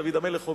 דוד המלך,